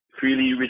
freely